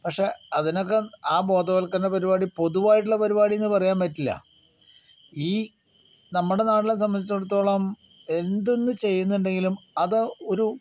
പക്ഷേ അതിനൊക്കെ ആ ബോധവൽക്കരണ പരിപാടി പൊതുവായിട്ടുള്ള പരിപാടീന്ന് പറയാൻ പറ്റില്ല ഈ നമ്മുടെ നാടിനെ സംബന്ധിച്ചിടത്തോളം എന്തൊന്ന് ചെയ്യുന്നുണ്ടെങ്കിലും അത് ഒരു